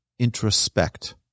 introspect